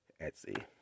Etsy